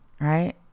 right